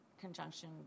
conjunction